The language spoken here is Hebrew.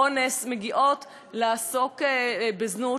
אונס, מגיעות לעסוק בזנות.